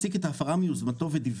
אחוז.